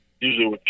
usually